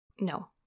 No